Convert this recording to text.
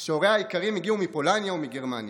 שהוריה היקרים הגיעו מפולניה ומגרמניה.